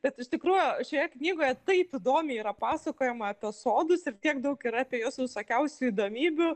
bet iš tikrųjų šioje knygoje taip įdomiai yra pasakojama apie sodus ir tiek daug yra apie juos visokiausių įdomybių